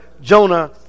Jonah